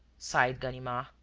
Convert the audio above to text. sighed ganimard.